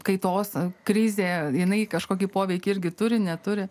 kaitos krizė jinai kažkokį poveikį irgi turi neturi